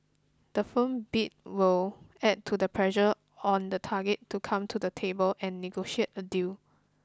the firm bid will add to the pressure on the target to come to the table and negotiate a deal